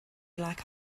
like